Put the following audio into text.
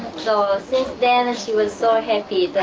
so, since then, she was so happy,